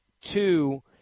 two